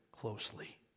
closely